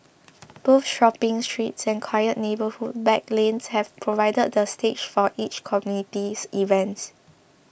both shopping strips and quiet neighbourhood back lanes have provided the stage for such communities events